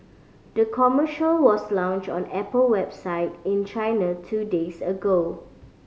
the commercial was launched on Apple website in China two days ago